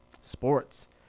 sports